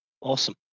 awesome